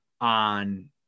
on